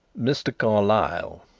mr. carlyle,